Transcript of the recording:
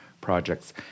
projects